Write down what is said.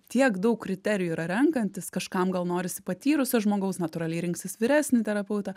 tiek daug kriterijų yra renkantis kažkam gal norisi patyrusio žmogaus natūraliai rinksis vyresni terapeutą